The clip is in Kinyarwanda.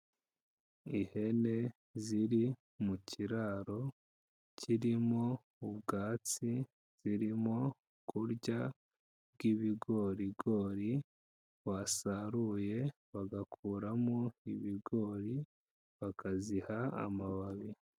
Ihene ziri mu kiraro, kirimo ubwatsi zirimo kurya bw'ibigorigori basaruye, bagakuramo ibigori, bakaziha amababi.